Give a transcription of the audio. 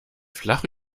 flach